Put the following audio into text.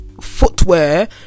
footwear